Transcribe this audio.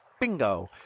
bingo